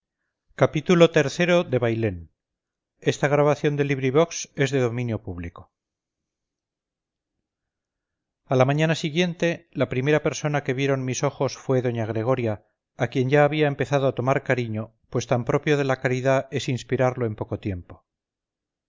xxvi xxvii xxviii xxix xxx xxxi xxxii bailén de benito pérez galdós a la mañana siguiente la primera persona que vieron mis ojos fue doña gregoria a quien ya había empezado a tomar cariño pues tan propio de la caridad es inspirarlo en poco tiempo